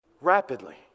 rapidly